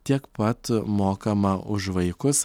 tiek pat mokama už vaikus